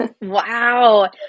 Wow